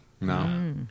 No